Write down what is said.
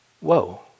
Whoa